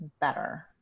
better